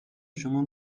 شما